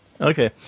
Okay